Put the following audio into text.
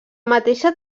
mateixa